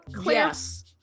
Yes